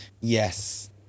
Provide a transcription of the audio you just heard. yes